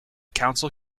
council